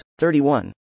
31